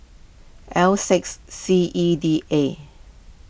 L six C E D A